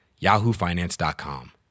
yahoofinance.com